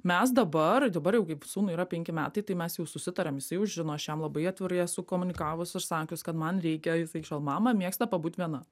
mes dabar dabar jau kaip sūnui yra penki metai tai mes jau susitarėm jis jau žino aš jam labai atvirai esu komunikavus ir sakius kad man reikia jisai mama mėgsta pabūt viena